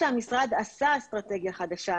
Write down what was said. כשהמשרד עשה אסטרטגיה חדשה,